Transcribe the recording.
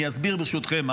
אני אסביר, ברשותכם.